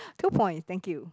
two points thank you